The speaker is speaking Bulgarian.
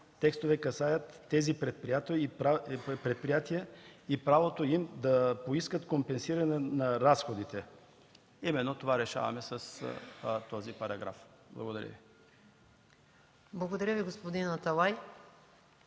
Текстовете касаят тези предприятия и правото им да поискат компенсиране на разходите. Именно това решаваме с този параграф. Благодаря Ви. ПРЕДСЕДАТЕЛ МАЯ МАНОЛОВА: Благодаря Ви, господин Аталай.